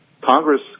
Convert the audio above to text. Congress